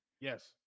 Yes